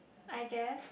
I guess